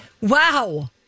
Wow